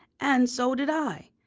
and so did i.